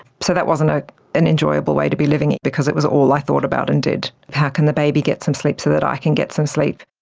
so that wasn't ah an enjoyable way to be living because it was all i thought about and did how can the baby get some sleep so that i can get some sleep?